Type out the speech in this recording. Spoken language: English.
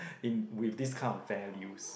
in with this kind of values